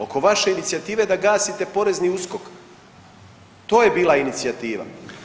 Oko vaše inicijative da gasite porezni USKOK, to je bila inicijativa.